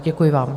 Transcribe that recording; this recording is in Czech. Děkuji vám.